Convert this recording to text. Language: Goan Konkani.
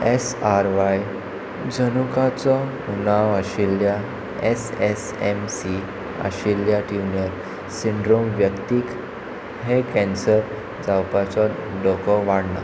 एस आर व्हाय जनुकाचो नांव आशिल्ल्या एस एस एम सी आशिल्ल्या टिंगर सिंड्रोम व्यक्तीक हे कँसर जावपाचो लोक वाडना